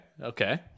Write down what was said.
okay